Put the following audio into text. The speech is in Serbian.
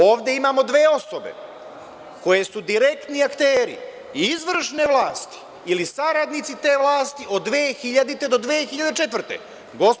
Ovde imamo dve osobe koje su direktni akteri izvršne vlasti ili saradnici te vlasti od 2000. do 2004. godine.